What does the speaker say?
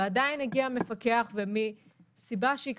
ועדיין הגיע מפקח ומסיבה שאנחנו